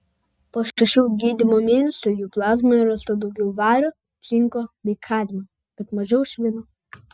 po šešių gydymo mėnesių jų plazmoje rasta daugiau vario cinko bei kadmio bet mažiau švino